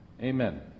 Amen